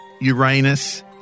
Uranus